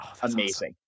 Amazing